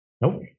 nope